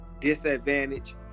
disadvantage